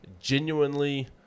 genuinely